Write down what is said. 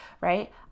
right